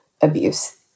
abuse